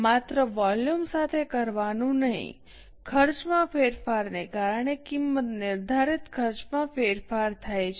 માત્ર વોલ્યુમ સાથે કરવાનું નહીં ખર્ચમાં ફેરફારને કારણે કિંમત નિર્ધારિત ખર્ચમાં ફેરફાર થાય છે